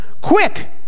quick